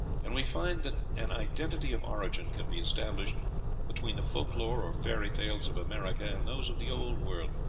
and we find that an identity of origin can be established between the folk-lore or fairy tales of america and those of the old world,